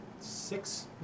six